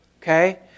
okay